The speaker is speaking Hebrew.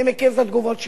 אני מכיר את התגובות שלו.